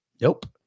Nope